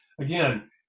again